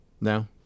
No